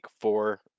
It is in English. four